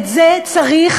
את זה צריך